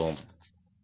மிக்க நன்றி